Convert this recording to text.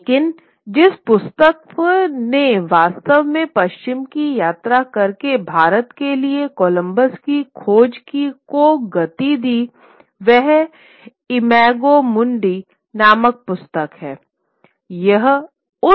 लेकिन जिस पुस्तक ने वास्तव में पश्चिम की यात्रा करके भारत के लिए कोलंबस की खोज को गति दी वह इमागो मुंडी नामक पुस्तक थी